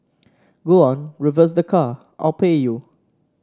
go on reverse the car I'll pay you